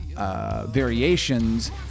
Variations